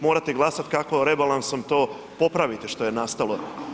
Morate glasati kako rebalansom to popraviti što je nastalo.